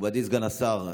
מכובדי סגן השר,